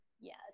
Yes